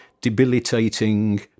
debilitating